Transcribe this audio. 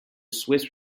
swiss